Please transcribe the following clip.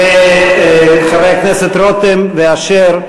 חברי הכנסת רותם ואשר,